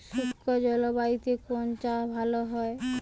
শুষ্ক জলবায়ুতে কোন চাষ ভালো হয়?